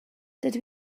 dydw